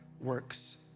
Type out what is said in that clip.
works